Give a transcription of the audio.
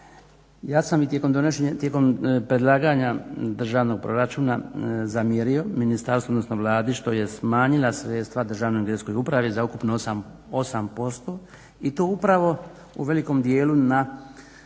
Ja sam i tijekom predlaganja državnog proračuna zamjerio ministarstvu, odnosno Vladi što je smanjila sredstva Državnoj geodetskoj upravi za ukupno 8% i to upravo u velikom dijelu na